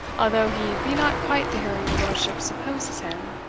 although he be not quite the hero your lordship supposes him,